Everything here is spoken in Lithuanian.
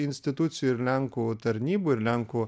institucijų ir lenkų tarnybų ir lenkų